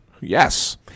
Yes